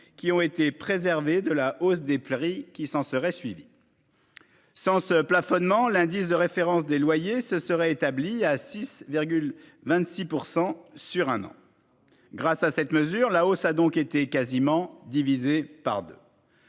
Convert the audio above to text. qui ont été préservés de la hausse des prix qui s'en serait ensuivie. Sans ce plafonnement, l'indice de référence des loyers se serait établi à 6,26 % sur un an. Ainsi, à la faveur de cette mesure, la hausse de l'IRL a été quasiment divisée par deux.